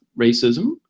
racism